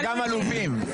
וגם עלובים.